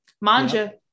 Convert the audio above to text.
manja